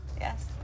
Yes